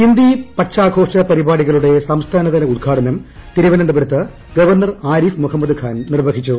ഹിന്ദി പക്ഷാഘോഷ് പ്രിപാടികളുടെ സംസ്ഥാന തല ന് ഉദ്ഘാടനം തിരുവിത്ത്പുരത്ത് ഗവർണർ ആരിഫ് മുഹമ്മദ് ഖാൻ നിർവ്വഹിച്ചു